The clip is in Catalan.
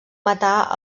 matà